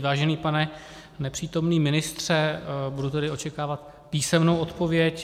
Vážený pane nepřítomný ministře, budu tedy očekávat písemnou odpověď.